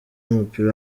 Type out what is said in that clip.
w’umupira